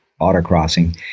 autocrossing